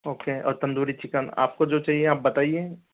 okay और tandoori chicken आप को जो चाहिए आप बताइए